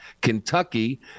Kentucky